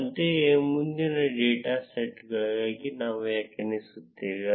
ಅಂತೆಯೇ ಮುಂದಿನ ಡೇಟಾ ಸೆಟ್ಗಾಗಿ ನಾವು ವ್ಯಾಖ್ಯಾನಿಸುತ್ತೇವೆ